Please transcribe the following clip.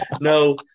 no